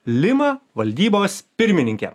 lima valdybos pirmininkė